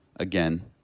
again